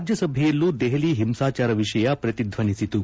ರಾಜ್ಯಸಭೆಯಲ್ಲೂ ದೆಹಲಿ ಹಿಂಸಾಚಾರ ವಿಷಯ ಪ್ರತಿಧ್ವನಿಸಿತು